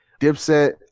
dipset